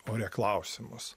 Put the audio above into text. ore klausimus